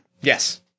Yes